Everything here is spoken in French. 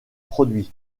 produits